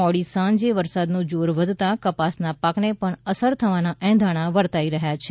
મોડી સાંજે વરસાદનું થોડું જોર વધતા કપાસના પાકને પણ અસર થવાના એંધાણ વર્તાઈ રહ્યાં છે